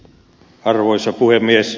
arvoisa puhemies